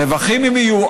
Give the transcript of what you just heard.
רווחים אם יהיו,